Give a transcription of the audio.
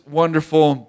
wonderful